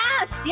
yes